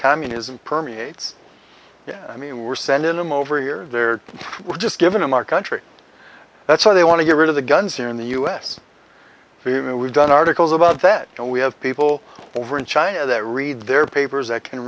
communism permeates yeah i mean we're sending them over here they're just given him our country that's why they want to get rid of the guns here in the us we we've done articles about that and we have people over in china that read their papers they can